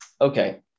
okay